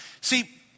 See